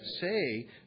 say